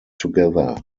together